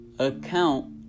Account